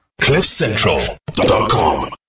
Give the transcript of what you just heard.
CliffCentral.com